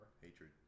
hatred